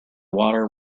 water